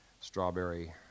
strawberry